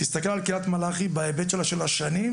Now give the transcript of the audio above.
תסכל על קריית מלאכי בהיבט שלה של השנים,